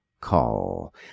call